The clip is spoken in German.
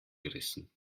gerissen